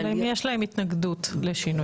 כלומר, אם יש להם התנגדות לשינוי.